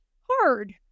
hard